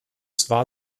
zwar